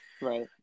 Right